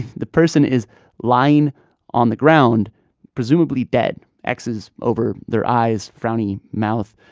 the person is lying on the ground presumably dead, x's over their eyes, frowny mouth.